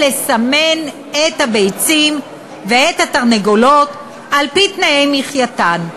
לסמן את הביצים ואת התרנגולות על-פי תנאי מחייתן.